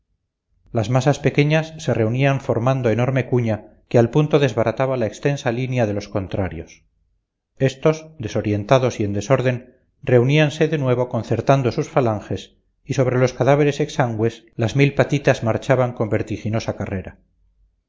las masas pequeñas se reunían formando enorme cuña que al punto desbarataba la extensa línea de los contrarios estos desorientados y en desorden reuníanse de nuevo concertando sus falanges y sobre los cadáveres exangües las mil patitas marchaban con vertiginosa carrera